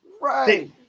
Right